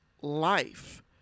life